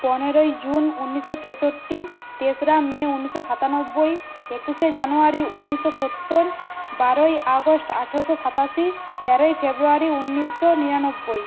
পনেরোই জুন উন্নিশশো তেষট্টি তেসরা মে উনিশশো সাতানব্বই একুশে জানুয়ারি উন্নিশশো সত্তর বারোই আগস্ট আঠেরোশো সাতাশি তেরোই ফেব্রয়ারি উন্নিশশো নিরানব্বই